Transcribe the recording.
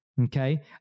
Okay